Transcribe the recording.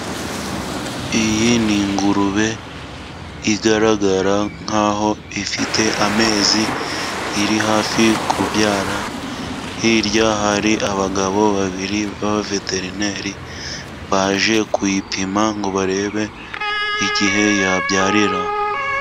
Iyi ni ingurube igaragara nkaho ifite amezi, iri hafi kubyara, hirya hari abagabo babiri b'abaveterineri baje kuyipima ngo barebe igihe yabyarira.